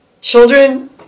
children